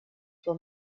for